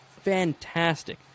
fantastic